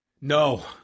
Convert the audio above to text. No